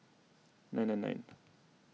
nine nine nine